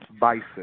Bison